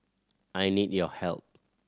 I need your help